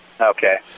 Okay